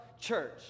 church